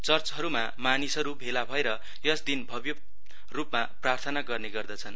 चर्चहरूमा मानिसहरू भेला भएर यस दिन भव्यरूपमा प्रार्थना गर्ने गर्दछन्